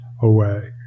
away